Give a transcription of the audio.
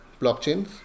blockchains